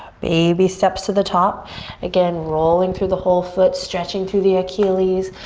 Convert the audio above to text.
baby steps to the top again rolling through the whole foot stretching through the achilles,